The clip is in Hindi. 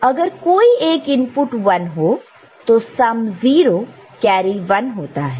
और अगर कोई एक इनपुट 1 हो तो सम 0 कैरी 1 होता है